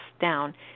down